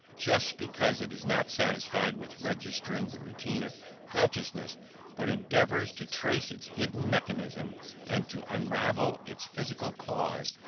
just because it is not satisfied with registering the routine of consciousness but endeavours to trace its hidden mechanism and to unravel its physical causes,